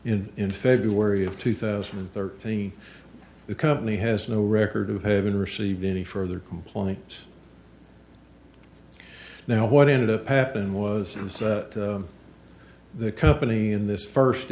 in in february of two thousand and thirteen the company has no record of having received any further complaints now what ended up happening was the company in this first